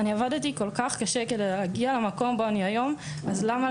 עבדתי כל-כך קשה כדי להגיע למקום בו אני היום אז למה,